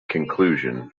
conclusion